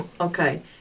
Okay